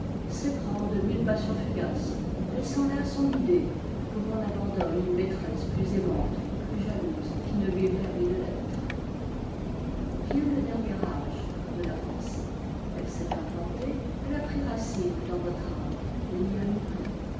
s'éprend de mille passions fugaces laissant là son idée comme on abandonne une maîtresse plus aimante ou plus jalouse qu'il ne lui est permis de l'être vient le dernier âge de la pensée elle s'est implantée elle a pris racine dans votre âme elle y a mûri